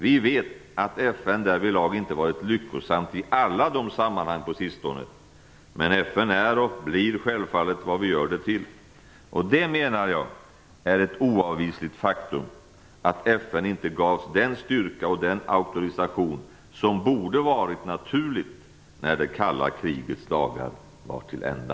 Vi vet att FN därvidlag inte har varit lyckosamt i alla sammanhang på sistone, men FN är och blir självfallet vad vi gör det till. Och det är, menar jag, ett oavvisligt faktum att FN inte gavs den styrka och auktorisation som borde ha varit naturligt när det kalla krigets dagar var till ända.